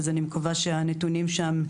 אז אני מקווה שהנתונים שם ידויקו.